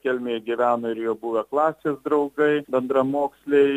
kelmėje gyveno ir jo buvę klasės draugai bendramoksliai